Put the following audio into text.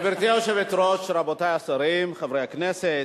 גברתי היושבת-ראש, רבותי השרים, חברי הכנסת,